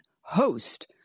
host